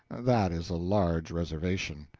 that is a large reservation.